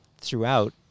throughout